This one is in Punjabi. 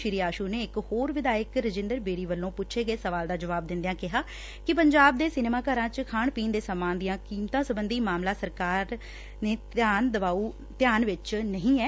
ਸ੍ਰੀ ਆਸੁ ਨੇ ਇਕ ਹੋਰ ਵਿਧਾਇਕ ਰਜਿੰਦਰ ਬੇਰੀ ਵਲੋਂ ਪੁੱਛੇ ਗਏ ਸਵਾਲ ਦਾ ਜਵਾਬ ਦਿੰਦਿਆਂ ਕਿਹਾ ਕਿ ਪੰਜਾਬ ਦੇ ਸਿਨੇਮਾ ਘਰਾਂ ਚ ਖਾਣ ਪੀਣ ਦੇ ਸਮਾਨ ਦੀਆਂ ਕੀਮਤਾਂ ਸਬੰਧੀ ਮਾਮਲਾ ਸਰਕਾਰ ਦੇ ਧਿਆਨ ਵਿਚ ਨਹੀਂ ਐ